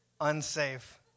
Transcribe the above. unsafe